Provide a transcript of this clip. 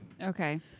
okay